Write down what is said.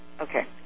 Okay